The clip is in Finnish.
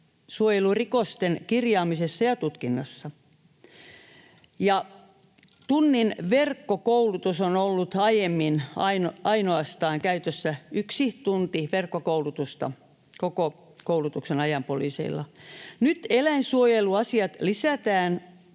eläinsuojelurikosten kirjaamisessa ja tutkinnassa. Ainoastaan tunnin verkkokoulutus on ollut aiemmin käytössä: yksi tunti verkkokoulutusta koko koulutuksen ajan poliiseilla. Nyt eläinsuojeluasiat lisätään